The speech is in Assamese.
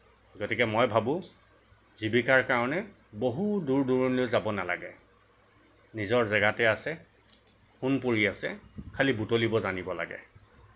গতিকে মই ভাবোঁ জীৱিকাৰ কাৰণে বহু দূৰ দুৰণিলৈ যাব নেলাগে নিজৰ জেগাতেই আছে সোণ পৰি আছে খালী বুটলিব জানিব লাগে